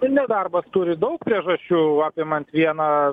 tai nedarbas turi daug priežasčių apimant vieną